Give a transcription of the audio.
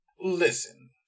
Listen